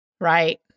Right